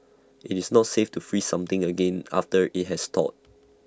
IT is not safe to freeze something again after IT has thawed